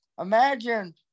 Imagine